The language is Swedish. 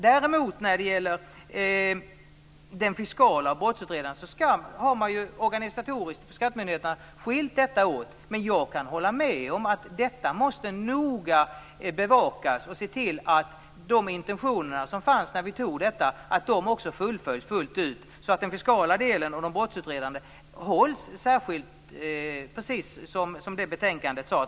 Däremot har den fiskala och den brottsutredande verksamheten organisatoriskt skilts åt på skattemyndigheterna. Jag kan hålla med om att detta noga måste bevakas och att man måste se till att de intentioner som fanns när vi fattade beslutet fullföljs fullt ut, så att den fiskala och den brottsutredande verksamheten skiljs åt, precis som sades i betänkandet.